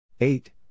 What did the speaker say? Eight